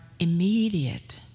immediate